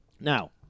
Now